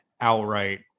outright